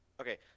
Okay